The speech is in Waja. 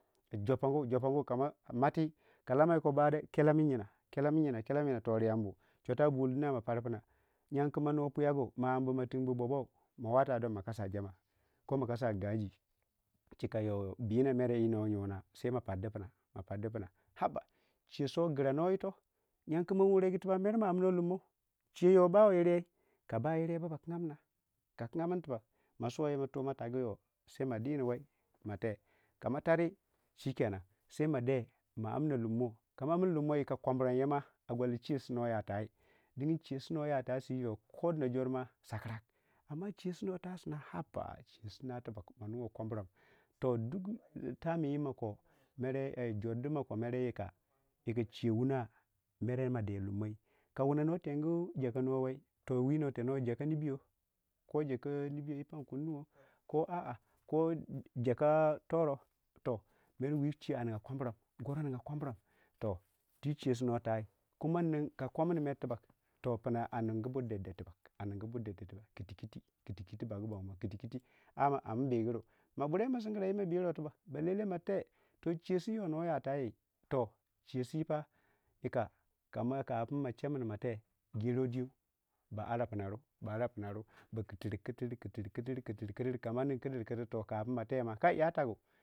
joppangu joppangu ka mati ka lamayoko ba kelamin yina kelamin yina toh riyanbu chuta buldina ma parpina yingu ku ma nufeuyagu ma aminbu ma tinbu bobowu ma wata don ma kasa jammai ko ma kasa ngaji shika yo binna mer wuno yona abba sai ma pardu pina pardu pina pardu pina aba chiye so giranuwai yito yangu ku ma wun regu mete ma aminuwei lumo chiyo yo mere bawei yiryei kaba yirye ba kngamnna ka kngamin tak tibak ma sawu wu tunma tagu yo sai ma diwei ma te kamatari shikenan se ma de ma amna lumo yika kamramyoma gwala chiyoi su no ya tai dingi chiyo su no ya tayii si kana dono jore yo sak rak amma chiyoi su no tayii a ba'a dul chiyosina tibbak ma nuwai kombu ramtoh duk time wumako jore du mako yika chiyo wuna mere ma dee lummo ka wuna no tengu jaka nuwo wei too we yika no tenuwei jaka nibiyo ko jaka nibiyo yi bamkunnuwo ko a'a jaka toro to mere we chiyo a nigya komrom gorau nigya kom rom to tii chiyoi su no tayii ka komini mere tibbak toh pina ningu burde deg tibback deg- deg tibback kiti kiti kiti kiti bagu bonfaman kiti kiti amin biguru bure ma singra wu ma biruwei tibback belele ma te to chiyoi su no ya taii toh chiyoi sipa yika kopin ma che mimate geruwei diyou ba ara fanadu ba ara fannadu bukirkirkirkirkir ka ma nin fi kirkir kopin mate kai ya taguma ya taguma.